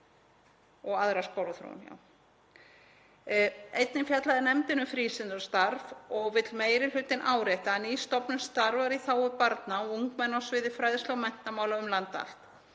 og aðra skólaþróun. Einnig fjallaði nefndin um frístundastarf og vill meiri hlutinn árétta að ný stofnun starfar í þágu barna og ungmenna á sviði fræðslu- og menntamála um land allt.